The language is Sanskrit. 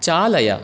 चालय